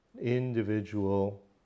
individual